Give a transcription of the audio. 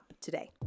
today